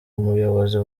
ubuyobozi